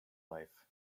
life